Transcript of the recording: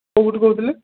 କୋଉଠୁ କହୁଥିଲେ